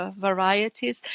varieties